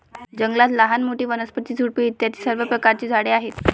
जंगलात लहान मोठी, वनस्पती, झुडपे इत्यादी सर्व प्रकारची झाडे आहेत